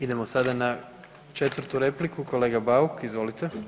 Idemo sada na 4. repliku, kolega Bauk, izvolite.